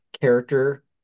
character